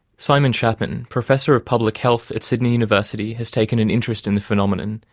simon chapman, professor of public health at sydney university, has taken an interest in the phenomenon,